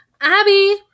Abby